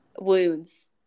wounds –